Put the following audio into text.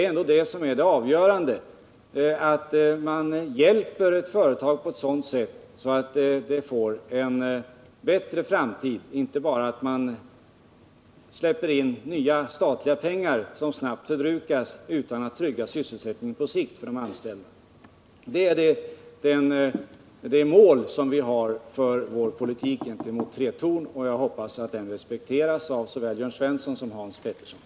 Det avgörande är att man hjälper företaget på ett sådant sätt att det får en bättre framtid. Det innebär inte alltid nya statliga pengar som kanske snabbt förbrukas. Viktigare är att framtvinga en lösning som tryggar sysselsättningen på sikt för de anställda. Detta är det mål som vi har för vår politik gentemot Tretorn, och jag hoppas att det respekteras av såväl Jörn Svensson som Hans Pettersson.